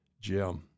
Jim